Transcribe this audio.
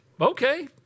okay